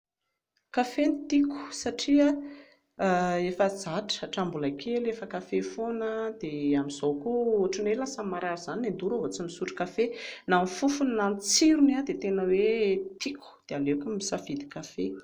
Kafe no tiako satria efa zatra hatramin'ny mbola kely efa kafe foana dia amin'izao koa ohatran'ny hoe marary izany ny an-doha raha vao tsy misotro kafe, na ny fofony na ny tsirony a dia tena hoe tiko dia aleoko misafidy kafe